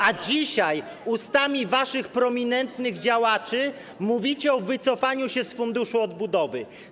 a dzisiaj ustami waszych prominentnych działaczy mówicie o wycofaniu się z Funduszu Odbudowy.